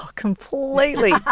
Completely